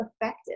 effective